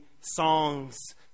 songs